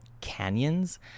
canyons